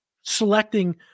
selecting –